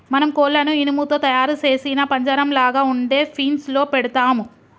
మనం కోళ్లను ఇనుము తో తయారు సేసిన పంజరంలాగ ఉండే ఫీన్స్ లో పెడతాము